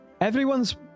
everyone's